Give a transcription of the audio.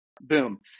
Boom